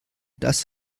das